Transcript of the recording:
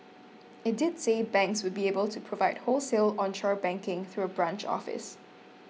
it did say banks would be able to provide wholesale onshore banking through a branch office